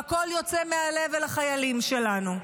והכול יוצא מהלב אל החיילים שלנו.